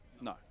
No